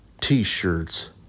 t-shirts